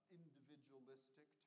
individualistic